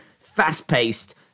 Fast-paced